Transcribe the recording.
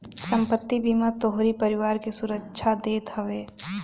संपत्ति बीमा तोहरी परिवार के सुरक्षा देत हवे